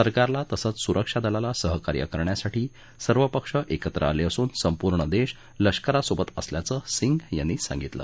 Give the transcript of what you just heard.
सरकारला तसंच सुरक्षा दलाला सहकार्य करण्यासाठी सर्व पक्ष एकत्र आले असून संपूर्ण देश लष्करासोबत असल्याचं सिंग यांनी सांगितलं